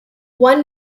one